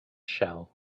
shell